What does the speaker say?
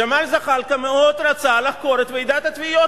ג'מאל זחאלקה מאוד רצה לחקור את ועידת התביעות,